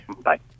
Bye